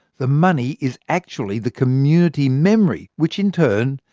the money is actually the community memory which in turn,